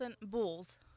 bulls